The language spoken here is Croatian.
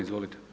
Izvolite.